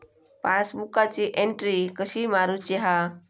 पासबुकाची एन्ट्री कशी मारुची हा?